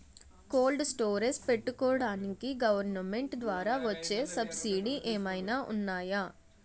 Cold storage పెట్టుకోడానికి government ద్వారా వచ్చే సబ్సిడీ ఏమైనా ఉన్నాయా?